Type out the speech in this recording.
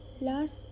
last